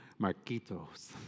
Marquitos